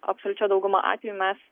absoliučia dauguma atvejų mes